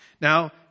Now